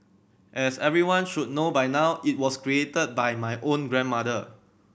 as everyone should know by now it was created by my own grandmother